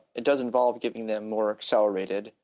it does involve getting them more accelerated,